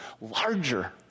larger